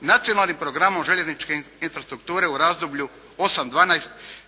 Nacionalnim programom željezničke infrastrukture u razdoblju 2008./12.